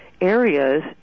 areas